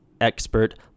expert